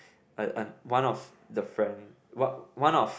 one of the friend one one of